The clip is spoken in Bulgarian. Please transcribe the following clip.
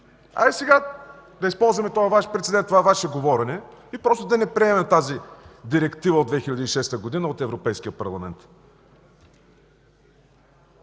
Хайде сега да използваме този Ваш прецедент, това Ваше говорене и просто да не приемем тази Директива от 2006 г. от Европейския парламент!